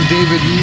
David